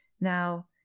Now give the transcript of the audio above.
Now